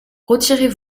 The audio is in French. retirez